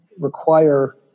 require